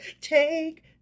take